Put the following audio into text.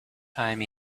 time